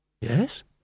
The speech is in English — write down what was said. Yes